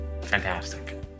Fantastic